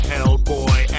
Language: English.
Hellboy